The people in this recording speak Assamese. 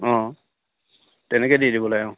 অঁ তেনেকৈ দি দিব লাগে অঁ